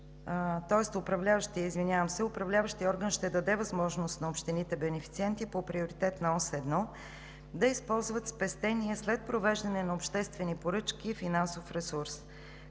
Управляващият орган ще даде възможност на общините бенефициенти по Приоритетна ос 1 да използват спестения, след провеждане на обществени поръчки, финансов ресурс.